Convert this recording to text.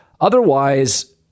Otherwise